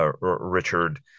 Richard